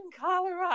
Colorado